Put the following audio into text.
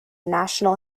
national